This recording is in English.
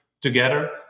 together